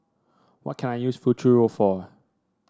what can I use Futuro for